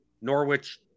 Norwich